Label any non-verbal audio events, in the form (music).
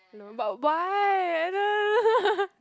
no but why I don't know (laughs)